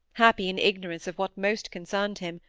happy in ignorance of what most concerned him,